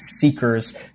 seekers